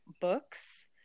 books